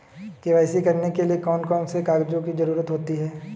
KYC करने के लिए कौन कौन से कागजों की जरूरत होती है?